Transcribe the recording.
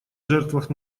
жертвах